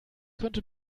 könnte